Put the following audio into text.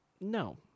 no